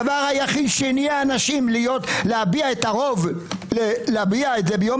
הדבר היחיד שהניע את הרוב להביע ביום